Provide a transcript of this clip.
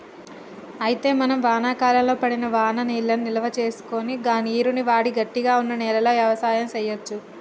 అయితే మనం వానాకాలంలో పడిన వాననీళ్లను నిల్వసేసుకొని గా నీరును వాడి గట్టిగా వున్న నేలలో యవసాయం సేయచ్చు